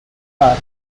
cars